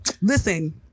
Listen